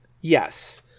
Yes